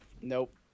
Nope